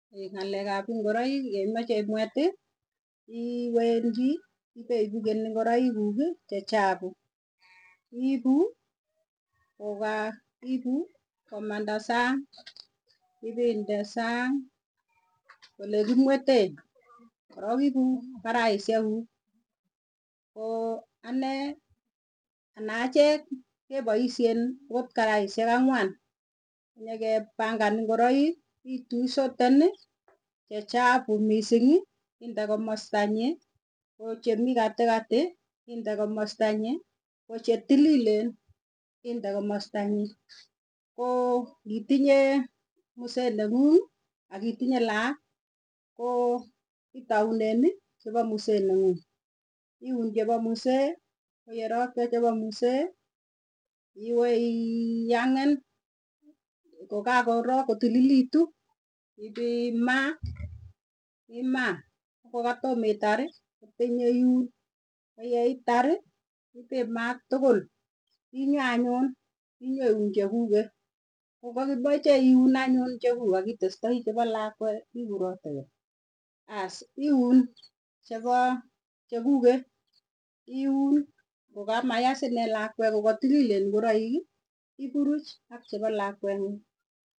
ng'alek ap ingoroik yeimache imweti iwendi ipeipuken ingoroikuuki chechapu, iipu koka ipu komanda sang. Ipinde sang olekimweten korok iipu karaisyek kuuk, koo anee ana achek kepoisyen akot karaisyek angwan. Konyepangan ingoroik, ituu isorteni chechapu misiingi inde komasta nyii. Ko chemii katikati inde komasta nyii koo chetililen inde komasta nyii. Koo ngitinye muzee neng'uungi akitinye laak koo itauneeni chepo muzee nenguung. Iun chepo muzee koyorokcho chepo muzee iwee ii hang kokakorok kotililitu ipimaa imaa, ngo katomaitari kotyo nyoiun koyeitari ipimaa tukul, inyoo anyun inyoiun chekuke, kokakimeche iun anyun chekuk akitestai chepo lakwee ikurotekei. Aas iun chepoo, chukuke iun ngokamaya sinee, lakwee kokatililen ngoraiki ipuruch ak chepo lakweng'uung.